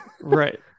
Right